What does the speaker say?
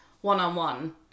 one-on-one